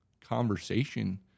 conversation